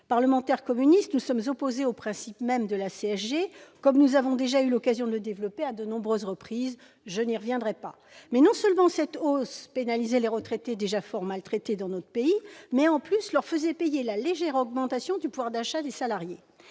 Parlementaires communistes, nous sommes opposés au principe même de la CSG, comme nous avons déjà eu l'occasion de l'expliquer à de nombreuses reprises. Je n'y reviendrai pas. Non seulement cette hausse pénalisait les retraités, déjà fort mal traités dans notre pays, mais elle leur faisait aussi payer la légère augmentation du pouvoir d'achat des salariés.